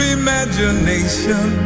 imagination